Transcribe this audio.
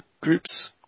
groups